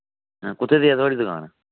कुत्थै जेही ऐ तोआढ़ी दकान